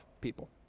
people